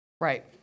Right